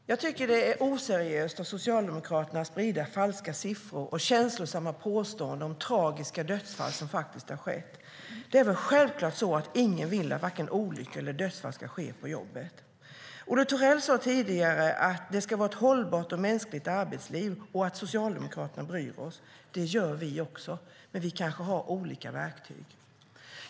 Fru talman! Jag tycker att det är oseriöst av Socialdemokraterna att sprida falska siffror och känslosamma påståenden om tragiska dödsfall som faktiskt har skett. Det är väl självklart att ingen vill att varken olyckor eller dödsfall ska ske på jobbet. Olle Thorell sade tidigare att arbetslivet ska vara hållbart och mänskligt och att Socialdemokraterna bryr sig. Det gör vi också, men vi kanske har olika verktyg.